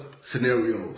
scenarios